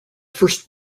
first